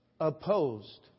opposed